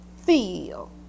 feel